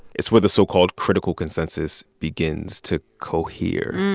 it's where the so-called critical consensus begins to cohere.